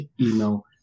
email